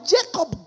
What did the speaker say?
Jacob